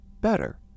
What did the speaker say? better